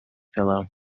pillow